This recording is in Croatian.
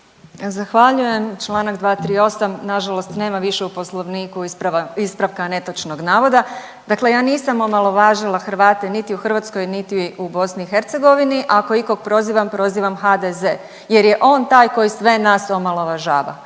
Zahvaljujem. Čl. 238., nažalost nema više u poslovniku isprava, ispravka netočnog navoda, dakle ja nisam omalovažila Hrvate niti u Hrvatskoj niti u BiH, ako ikog prozivam prozivam HDZ jer je on taj koji sve nas omalovažava.